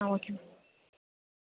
ah okay ma'am